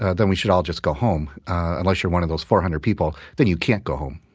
ah then we should all just go home unless you're one of those four hundred people, then you can't go home.